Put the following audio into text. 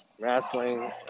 wrestling